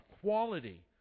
quality